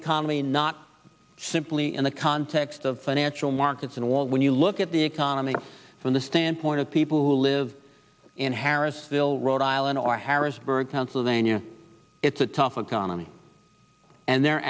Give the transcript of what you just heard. economy not simply in the context of financial markets and when you look at the economy from the standpoint of people who live in harris rhode island or harrisburg pennsylvania it's a tough economy and they're